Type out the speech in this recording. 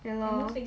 ya lor